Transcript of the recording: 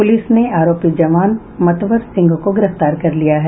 police ने आरोपित जवान मतवर सिंह को गिरफ्तार कर लिया है